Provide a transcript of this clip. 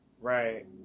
right